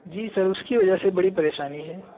جی sir اس کی وجہ سے بڑی پریشانی ہے